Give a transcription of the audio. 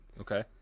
Okay